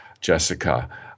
Jessica